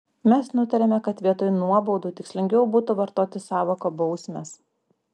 mes nutarėme kad vietoj nuobaudų tikslingiau būtų vartoti sąvoką bausmės